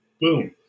Boom